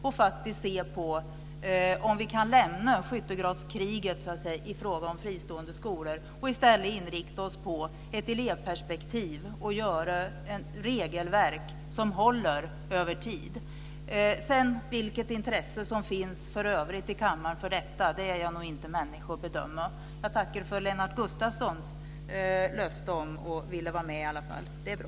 Vi får se om vi kan lämna skyttegravskriget i fråga om fristående skolor och i stället inrikta oss på ett elevperspektiv. Det gäller att göra ett regelverk som håller över tid. Vilket intresse som finns för övrigt i kammaren för detta är jag inte människa att bedöma. Jag tackar i varje fall för Lennart Gustavssons löfte om att Vänsterpartiet vill vara med. Det är bra.